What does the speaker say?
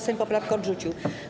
Sejm poprawki odrzucił.